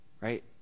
right